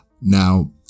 Now